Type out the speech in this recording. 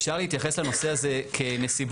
אפשר להתייחס לנושא הזה כנסיבות.